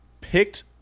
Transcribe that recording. picked